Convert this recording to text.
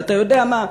ואתה יודע מה?